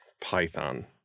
Python